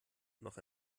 noch